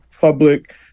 public